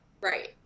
right